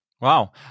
wow